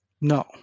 No